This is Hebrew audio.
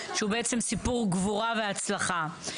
שהוא בעצם סיפור גבורה והצלחה.